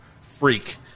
freak